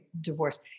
divorce